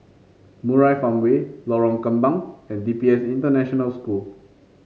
Murai Farmway Lorong Kembang and D P S International School